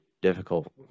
difficult